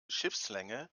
schiffslänge